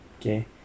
okay